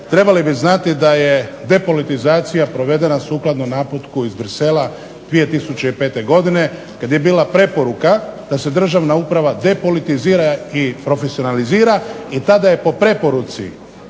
trebali bi znati da je depolitizacija provedena sukladno naputku iz Bruxellesa 2005. godine kada je bila preporuka da se državna uprava depolitizira i profesionalizira. I tada je po preporuci